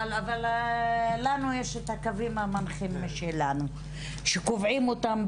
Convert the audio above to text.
אבל לנו יש הקווים המנחים שלנו שקובעים אותם,